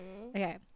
okay